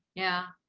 yeah,